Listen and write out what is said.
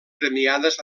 premiades